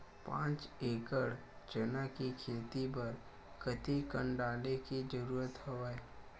पांच एकड़ चना के खेती बर कते कन डाले के जरूरत हवय?